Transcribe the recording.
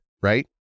Right